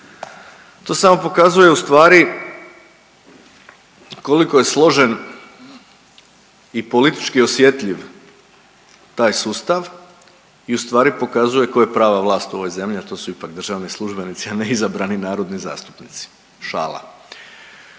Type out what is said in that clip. To samo pokazuje ustvari koliko je složen i politički osjetljiv taj sustav i ustvari pokazuje ko je prava vlast u ovoj zemlji, a to su ipak državni službenici, a ne izabrani narodni zastupnici. Šala.